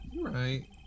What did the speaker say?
right